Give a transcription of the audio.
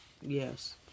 Yes